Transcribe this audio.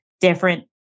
different